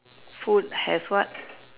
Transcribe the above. food has what